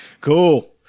cool